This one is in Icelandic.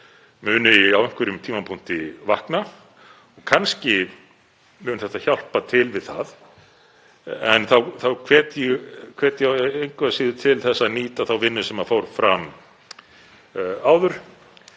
muni á einhverjum tímapunkti vakna og kannski mun þetta hjálpa til við það. En þá hvet ég engu að síður til að nýta þá vinnu sem fór fram áður